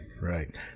Right